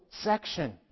section